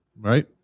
right